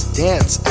dance